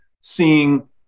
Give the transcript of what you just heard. seeing